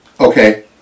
Okay